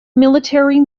military